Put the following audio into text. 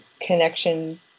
connection